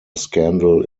scandal